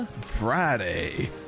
Friday